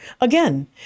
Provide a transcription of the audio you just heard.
Again